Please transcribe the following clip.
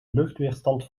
luchtweerstand